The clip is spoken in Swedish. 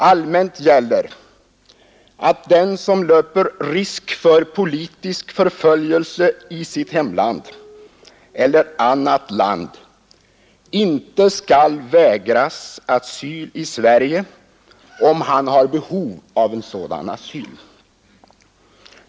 Allmänt gäller att den som löper risk för politisk förföljelse i sitt hemland eller i annat land inte skall vägras asyl i Sverige om han har behov av sådan asyl.